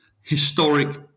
historic